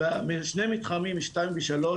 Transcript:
בין מתחמים שתיים ושלוש,